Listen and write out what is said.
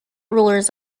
rulers